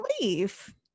leave